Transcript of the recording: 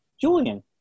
Julian